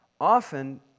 Often